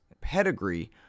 pedigree